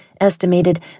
estimated